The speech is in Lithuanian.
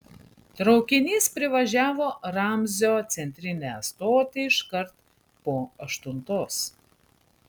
traukinys privažiavo ramzio centrinę stotį iškart po aštuntos